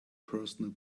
personal